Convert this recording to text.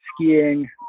skiing